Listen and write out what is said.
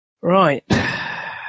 right